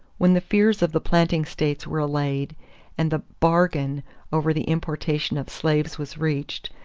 when the fears of the planting states were allayed and the bargain over the importation of slaves was reached,